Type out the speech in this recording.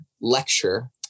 lecture